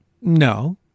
No